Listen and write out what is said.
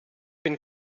bin